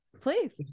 please